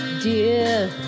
dear